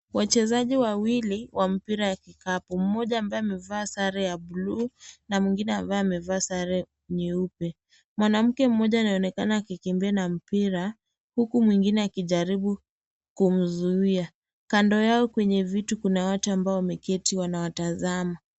Wachezaji wawili wa mpira wa kikapu, mmoja ambaye amevaa sare ya buluu na mwingine ambaye amevaa sare nyeupe. Mwanamke mmoja anaonekana akikimbia na mpira huku mwingine akijaribu kumzuia. Kando yao kwenye viti kuna watu ambao wameketi wanawatazama.